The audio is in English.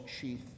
sheath